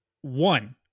One